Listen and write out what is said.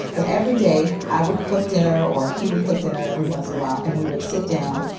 but every day i would cook dinner or he would cook dinner every once in a while and we would sit down.